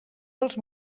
dels